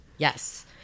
Yes